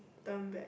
turn back